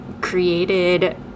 created